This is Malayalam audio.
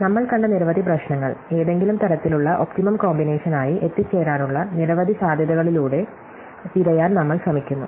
നമ്മൾ കണ്ട നിരവധി പ്രശ്നങ്ങൾ ഏതെങ്കിലും തരത്തിലുള്ള ഒപ്റ്റിമo കോമ്പിനേഷനായി എത്തിച്ചേരാനുള്ള നിരവധി സാധ്യതകളിലൂടെ തിരയാൻ നമ്മൾ ശ്രമിക്കുന്നു